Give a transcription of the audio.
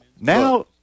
Now